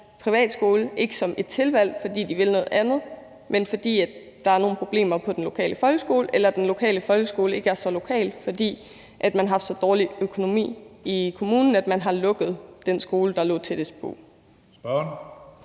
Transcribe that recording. privatskolen ikke som et tilvalg, fordi de vil noget andet, men fordi der er nogle problemer på den lokale folkeskole; eller det kan være, fordi den lokale folkeskole ikke er så lokal, fordi man har så dårlig økonomi i kommunen, at man har lukket den skole, der lå tættest på.